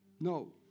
No